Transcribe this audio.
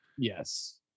Yes